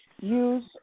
use